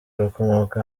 bakomoka